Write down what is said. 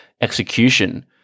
execution